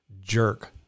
jerk